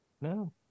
No